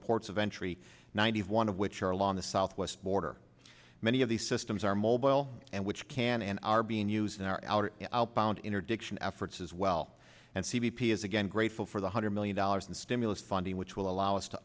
ports of entry ninety one of which are along the southwest border many of these systems are mobile and which can and are being used in our outer found interdiction efforts as well and c b p is again grateful for the hundred million dollars in stimulus funding which will allow us to